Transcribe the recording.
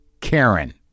Karen